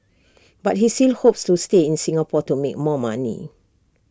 but he still hopes to stay in Singapore to make more money